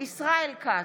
ישראל כץ,